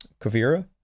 Kavira